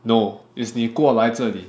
no is 你过来这里